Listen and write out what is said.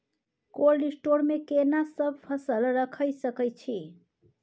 Cold store मे केना सब फसल रखि सकय छी?